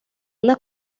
una